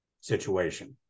situation